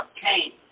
Cain